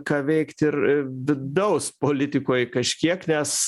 ką veikti ir vidaus politikoj kažkiek nes